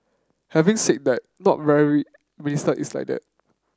having said that not very minister is like that